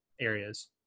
areas